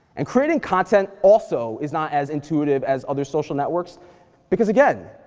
and creating content also is not as intuitive as other social networks because, again,